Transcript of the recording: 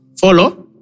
follow